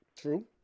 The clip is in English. True